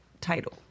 title